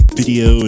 video